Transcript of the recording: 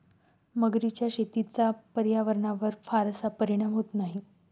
मगरीच्या शेतीचा पर्यावरणावर फारसा परिणाम होत नाही